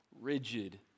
rigid